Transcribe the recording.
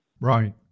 Right